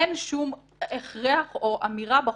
אין שום הכרח או אמירה בחוק,